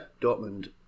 Dortmund